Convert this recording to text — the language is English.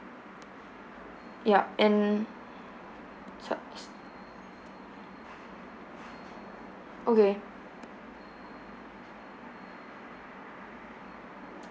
yup and sucks okay